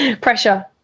Pressure